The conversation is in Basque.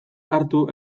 hartu